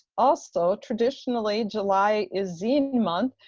also, traditionally, july is zine month,